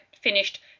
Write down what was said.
finished